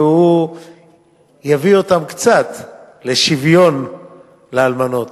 והוא יקרב אותם קצת לשוויון לאלמנות.